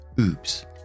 oops